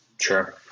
Sure